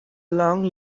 long